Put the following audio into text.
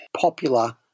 popular